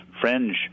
fringe